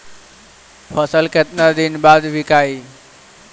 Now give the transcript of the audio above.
फसल केतना दिन बाद विकाई?